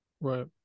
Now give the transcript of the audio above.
Right